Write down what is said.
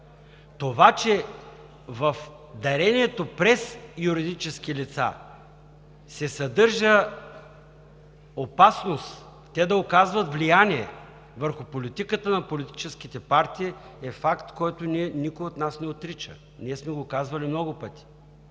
Това че в дарението през юридически лица се съдържа опасност те да оказват влияние върху политиката на политическите партии е факт, който никой от нас не отрича. Ние сме го казвали много пъти: